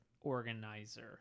organizer